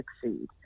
succeed